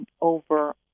over